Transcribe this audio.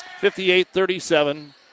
58-37